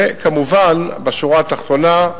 וכמובן, בשורה התחתונה,